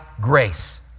grace